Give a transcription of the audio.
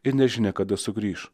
ir nežinia kada sugrįš